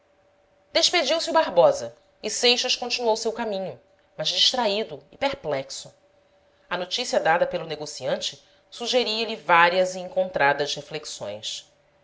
o barbosa e seixas continuou seu caminho mas distraído e perplexo a notícia dada pelo negociante sugeria lhe várias e encontradas reflexões